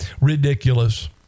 ridiculous